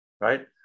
right